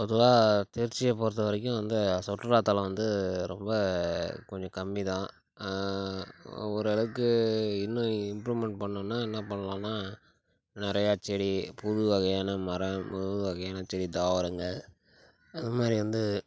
பொதுவாக திருச்சியை பொறுத்த வரைக்கும் இந்த சுற்றுலா தளம் வந்து ரொம்ப கொஞ்சம் கம்மி தான் ஓரளவுக்கு இன்னும் இம்ப்ரூவ்மென்ட் பண்ணுன்னா என்ன பண்ணலான்னா நிறையா செடி புது வகையான மரம் புது வகையான செடி தாவரங்கள் அந்தமாதிரி வந்து